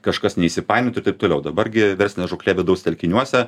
kažkas neįsipainiotų ir taip toliau dabar gi verslinė žūklė vidaus telkiniuose